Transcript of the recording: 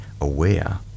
aware